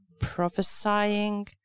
prophesying